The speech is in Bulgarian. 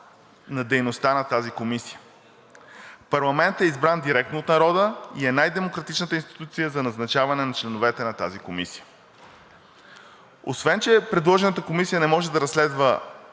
в дейността на тази комисия. Парламентът е избран директно от народа и е най демократичната институция за назначаване на членовете на тази комисия. Освен че предложената комисия може да разследва